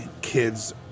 kids